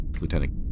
lieutenant